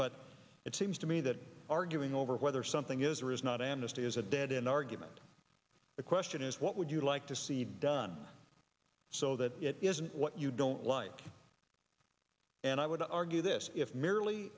but it seems to me that arguing over whether something is or is not amnesty is a dead in argument the question is what would you like to see done so that it isn't what you don't like and i would argue this if merely